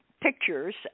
pictures